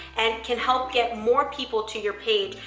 and can help get more people to your page,